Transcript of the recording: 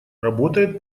работает